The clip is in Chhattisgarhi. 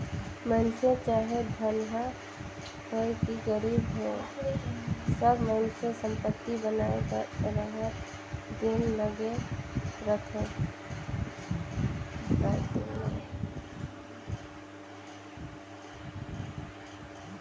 मइनसे चाहे धनहा होए कि गरीब होए सब मइनसे संपत्ति बनाए बर राएत दिन लगे रहथें